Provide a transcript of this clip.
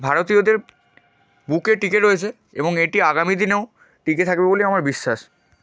ভারতীয়দের বুকে টিকে রয়েছে এবং এটি আগামীদিনেও টিকে থাকবে বলেই আমার বিশ্বাস